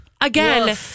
again